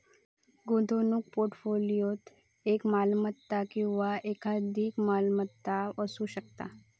गुंतवणूक पोर्टफोलिओत एक मालमत्ता किंवा एकाधिक मालमत्ता असू शकता